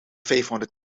vijfhonderd